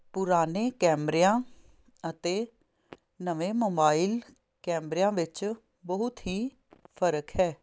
ਪੁਰਾਨੇ ਕੈਮਰਿਆਂ ਅਤੇ ਨਵੇਂ ਮੋਬਾਈਲ ਕੈਮਰਿਆਂ ਵਿੱਚ ਬਹੁਤ ਹੀ ਫਰਕ ਹੈ